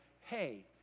hey